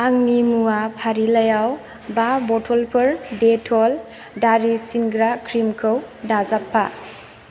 आंनि मुवा फारिलाइयाव बा बथ'लफोर डेट'ल दारि सिनग्रा क्रिमखौ दाजाबफा